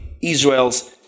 Israel's